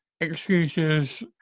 excuses